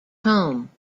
home